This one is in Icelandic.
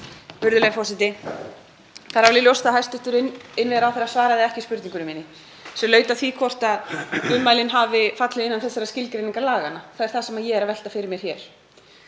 Það er alveg ljóst að hæstv. innviðaráðherra svaraði ekki spurningunni minni sem laut að því hvort ummælin hefðu fallið innan þessarar skilgreininga laganna. Það er það sem ég er að velta fyrir mér hér.